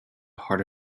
heart